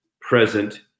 present